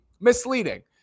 misleading